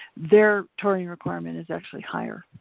their taurine requirement is actually higher.